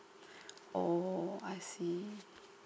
oh I see